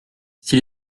s’il